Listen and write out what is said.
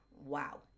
Wow